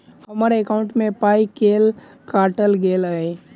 हम्मर एकॉउन्ट मे पाई केल काटल गेल एहि